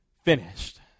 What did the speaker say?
finished